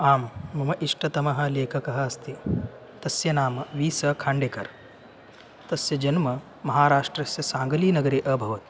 आम् मम इष्टतमः लेखकः अस्ति तस्य नाम वीस खाण्डेकर् तस्य जन्म महाराष्ट्रस्य साङ्गलीनगरे अभवत्